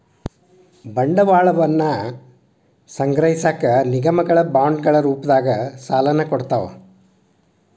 ಬಂಡವಾಳವನ್ನ ಸಂಗ್ರಹಿಸಕ ನಿಗಮಗಳ ಬಾಂಡ್ಗಳ ರೂಪದಾಗ ಸಾಲನ ಕೊಡ್ತಾವ